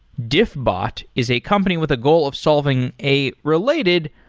diffbot is a company with a goal of solving a related,